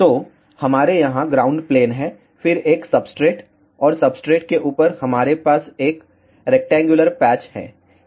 तो हमारे यहां ग्राउंड प्लेन है फिर एक सब्सट्रेट और सब्सट्रेट के ऊपर हमारे पास एक रेक्टेंगुलर पैच है